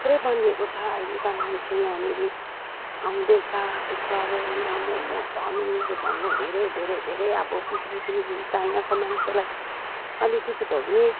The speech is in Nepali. थुप्रै बनिएको छ अहिले त मान्छे यहाँनेरि आउँदैछ जस्तो अब यहाँ मम चाउमिनहरू भन्नु धेरै धेरै धेरै अब बिक्री पनि हुन्छ यहाँको मान्छेलाई अलिकति भए पनि